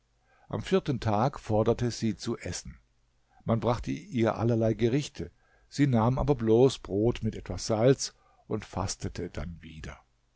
am vierten tag forderte sie zu essen man brachte ihr allerlei gerichte sie nahm aber bloß brot mit etwas salz und fastete dann wieder